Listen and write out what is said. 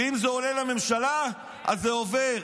ואם זה עולה לממשלה אז זה עובר.